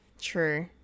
True